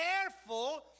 careful